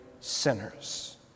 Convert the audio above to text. sinners